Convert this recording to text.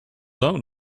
own